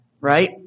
right